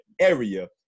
area